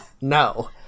no